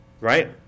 right